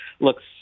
looks